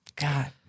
God